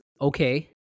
okay